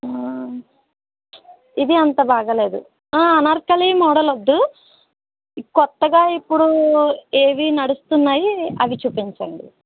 ఇదీ అంత బాగాలేదు ఆ అనార్కలి మోడల్ వద్దు కొత్తగా ఇప్పుడు ఏవి నడుస్తున్నాయి అవి చూపించండి